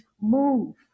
move